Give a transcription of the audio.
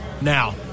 now